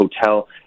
hotel